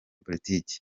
politike